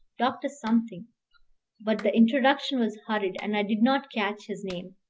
dr. something but the introduction was hurried, and i did not catch his name.